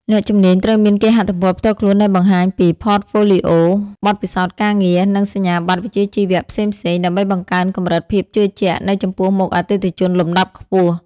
អ្នកជំនាញត្រូវមានគេហទំព័រផ្ទាល់ខ្លួនដែលបង្ហាញពី Portfolio បទពិសោធន៍ការងារ និងសញ្ញាបត្រវិជ្ជាជីវៈផ្សេងៗ ដើម្បីបង្កើនកម្រិតភាពជឿជាក់នៅចំពោះមុខអតិថិជនលំដាប់ខ្ពស់។